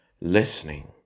listening